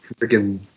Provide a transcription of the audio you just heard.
freaking